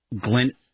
glint